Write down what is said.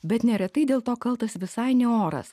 bet neretai dėl to kaltas visai ne oras